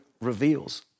reveals